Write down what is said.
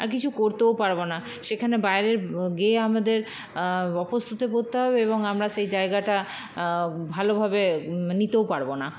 আর কিছু করতেও পারবো না সেখানে বাইরের গিয়ে আমাদের অপ্রস্তুতে পড়তে হবে এবং আমরা সেই জায়গাটা ভালভাবে নিতেও পারবো না